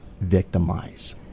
victimize